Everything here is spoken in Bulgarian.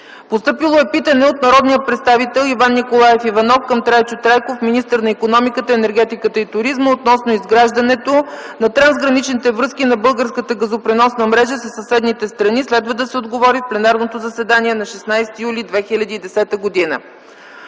Постъпило е питане от народния представител Иван Николаев Иванов към Трайчо Трайков – министър на икономиката, енергетиката и туризма, относно изграждането на трансграничните връзки на българската газопреносна мрежа със съседните страни. Следва да се отговори в пленарното заседание на 16 юли 2010 г.